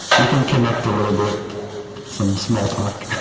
you can connect a little bit some small talk